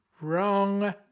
Wrong